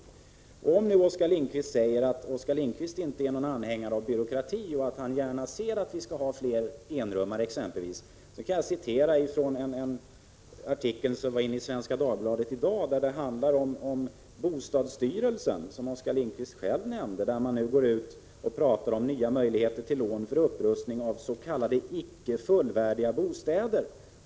För den händelse att Oskar Lindkvist nu säger att han inte är någon anhängare av byråkrati och gärna ser att vi skall ha fler enrummare kan jag hänvisa till en artikel som var införd i Svenska Dagbladet i dag och där bostadsstyrelsen uttalar sig om nya möjligheter till lån för upprustning av s.k. icke fullvärdiga bostäder.